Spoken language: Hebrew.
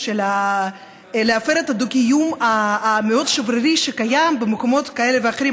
להפר את הדו-קיום המאוד-שברירי שקיים במקומות כאלה ואחרים,